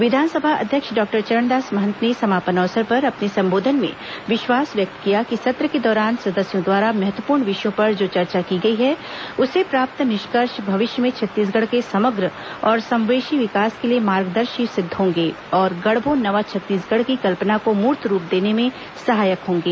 विधानसभा अध्यक्ष डॉक्टर चरणदास महंत ने समापन अवसर पर अपने संबोधन में विश्वास व्यक्त किया कि सत्र के दौरान सदस्यों द्वारा महत्वपूर्ण विषयों पर जो चर्चा की गई है उससे प्राप्त निष्कर्ष भविष्य में छत्तीसगढ़ के समग्र और समवेशी विकास के लिए मार्गदर्शी सिद्ध होंगे और गढ़बों नवा छत्तीसगढ़ की कल्पना को मूर्त रूप देने में सहायक होंगे